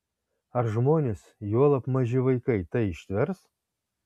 ar žmonės juolab maži vaikai tai ištvers